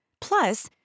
Plus